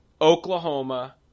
Oklahoma